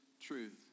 truth